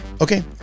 Okay